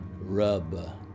Rub